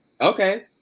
okay